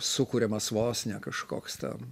sukuriamas vos ne kažkoks ten